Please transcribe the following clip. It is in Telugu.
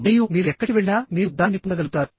మరియు మీరు ఎక్కడికి వెళ్లినా మీరు దానిని పొందగలుగుతారు